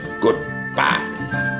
goodbye